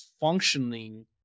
functioning